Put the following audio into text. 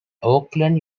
oakland